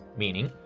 meaning,